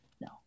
no